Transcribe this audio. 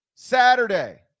Saturday